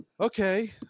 okay